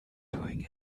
doing